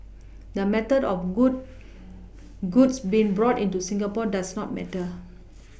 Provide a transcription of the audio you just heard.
the method of good goods being brought into Singapore does not matter